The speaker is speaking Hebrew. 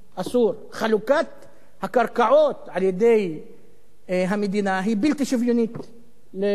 חלוקת הקרקעות על-ידי המדינה היא בלתי שוויונית לחלוטין,